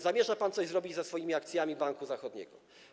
zamierza pan coś zrobić ze swoimi akcjami Banku Zachodniego?